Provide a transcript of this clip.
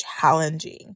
challenging